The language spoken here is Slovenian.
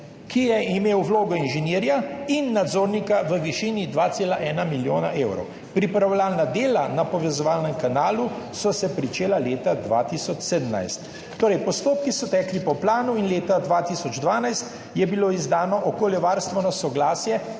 ki je imela vlogo inženirja in nadzornika v višini 2,1 milijona evrov. Pripravljalna dela na povezovalnem kanalu so se pričela leta 2017. Torej, postopki so tekli po planu in leta 2012 je bilo izdano okoljevarstveno soglasje